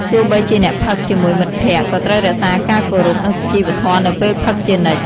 ទោះបីជាអ្នកផឹកជាមួយមិត្តភក្តិ ក៏ត្រូវរក្សាការគោរព និងសុជីវធម៌នៅពេលផឹកជានិច្ច។